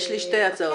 יש לי שתי הצעות, ארנה.